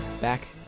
back